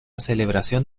celebración